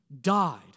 died